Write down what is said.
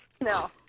no